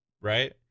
right